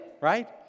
right